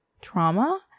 trauma